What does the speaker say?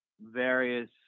various